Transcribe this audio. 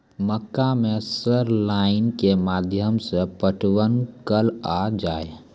मक्का मैं सर लाइट के माध्यम से पटवन कल आ जाए?